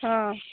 ହଁ